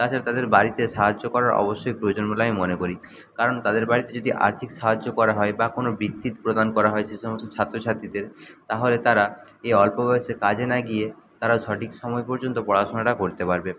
তাছাড়া তাদের বাড়িতে সাহায্য করার অবশ্যই প্রয়োজন বলে আমি মনে করি কারণ তাদের বাড়িতে যদি আর্থিক সাহায্য করা হয় বা কোনো বৃত্তি প্রদান করা হয় সেই সমস্ত ছাত্র ছাত্রীদের তাহলে তারা এই অল্প বয়সে কাজে না গিয়ে তারা সঠিক সময় পর্যন্ত পড়াশোনাটা করতে পারবে